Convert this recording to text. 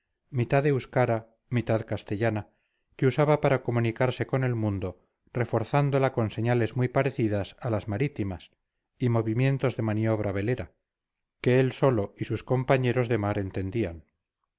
mitad euskara mitad castellana que usaba para comunicarse con el mundo reforzándola con señales muy parecidas a las marítimas y movimientos de maniobra velera que él solo y sus compañeros de mar entendían